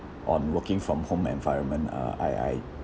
on working from home environment uh I I